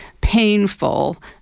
painful